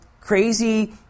crazy